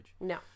No